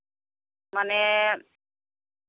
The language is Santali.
ᱢᱟᱱᱮ